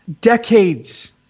Decades